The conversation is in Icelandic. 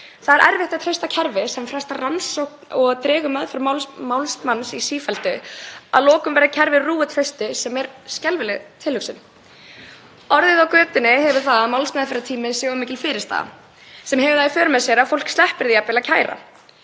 Það er erfitt að treysta kerfi sem frestar rannsókn og dregur meðferð máls manns í sífellu. Að lokum verður kerfið rúið trausti sem er skelfileg tilhugsun. Orðið á götunni er að málsmeðferðartíminn sé of mikil fyrirstaða sem hefur það í för með sér að fólk sleppir því jafnvel að kæra.